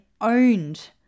owned